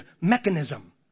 mechanism